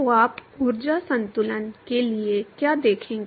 तो आप ऊर्जा संतुलन के लिए क्या देखेंगे